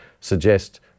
suggest